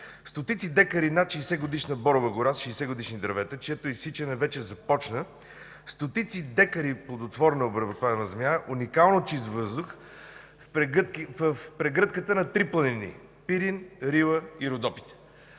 стотици декари над 60-годишна борова гора, 60-годишни дървета, чието изсичане вече започна; стотици декари плодородна обработваема земя; уникално чист въздух в прегръдката на три планини – Пирин, Рила и Родопите.